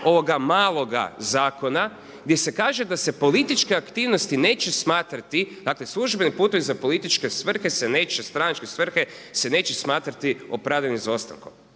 ovoga maloga zakona, gdje se kaže da se političke aktivnosti neće smatrati, dakle službeni putevi za političke svrhe se neće stranačke svrhe se neće smatrati opravdanim izostankom.